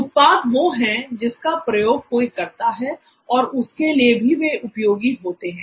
उत्पाद वो है जिसका प्रयोग कोई करता है और उसके लिए भी वे उपयोगी होते है